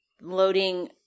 loading